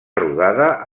rodada